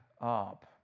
up